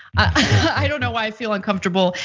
i don't know why i feel uncomfortable.